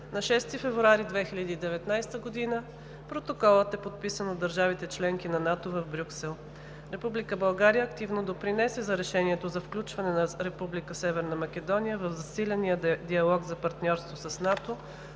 На 6 февруари 2019 г. Протоколът е подписан от държавите – членки на НАТО, в Брюксел. Република България активно допринесе за решението за включване на Република Северна Македония в засиления диалог за партньорство с НАТО